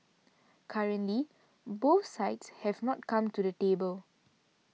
currently both sides have not come to the table